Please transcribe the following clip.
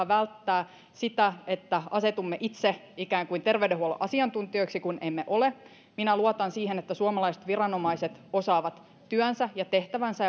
välttää sitä että asetumme itse ikään kuin terveydenhuollon asiantuntijoiksi kun emme ole minä luotan siihen että suomalaiset viranomaiset osaavat työnsä ja tehtävänsä